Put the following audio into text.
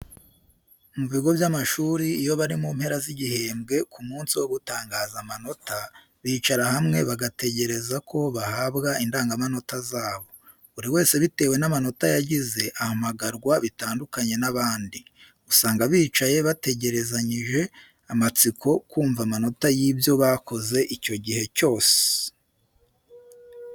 Mu bigo by'amashuri iyo bari mu mpera z'igihembwe ku munsi wo gutangaza amanota, bicara hamwe bagategereza ko bahabwa indangamanota zabo. Buri wese bitewe n'amanota yagize ahamagarwa bitandukanye n'abandi. Usanga bicaye bategereranyije amatsiko kumva amanota y'ibyo bakoze icyo gihe cyose.